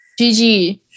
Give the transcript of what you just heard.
GG